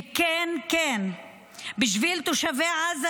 וכן, כן בשביל תושבי עזה,